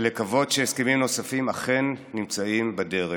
ולקוות שהסכמים נוספים אכן נמצאים בדרך.